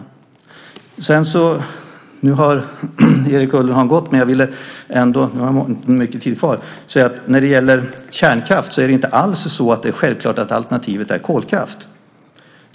Nu har Erik Ullenhag hunnit lämna kammaren, men jag vill ändå passa på att säga, beträffande kärnkraften, att det inte alls är självklart att alternativet är kolkraft.